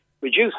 reduce